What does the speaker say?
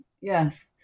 yes